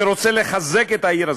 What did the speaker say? שרוצה לחזק את העיר הזאת,